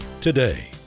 today